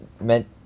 meant